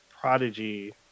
Prodigy